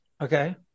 Okay